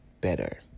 better